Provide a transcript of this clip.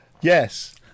Yes